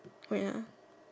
wait